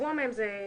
כששבוע מתוכה